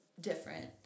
Different